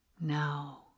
now